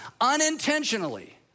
unintentionally